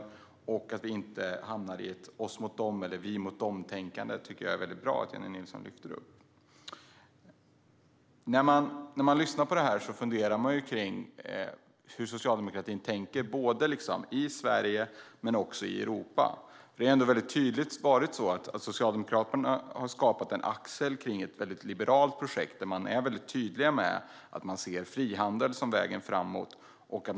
Det är också väldigt bra att Jennie Nilsson lyfter upp att vi inte ska hamna i ett oss-mot-dem-tänkande eller vi-mot-dem-tänkande. När man lyssnar på Jennie Nilsson funderar man på hur socialdemokratin i Sverige och också i Europa tänker. Det är tydligt att Socialdemokraterna har skapat en axel kring ett liberalt projekt där man är tydlig med att man ser frihandel som vägen framåt.